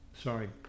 Sorry